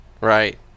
Right